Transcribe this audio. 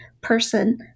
person